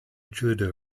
judo